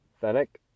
Fennec